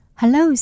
Hello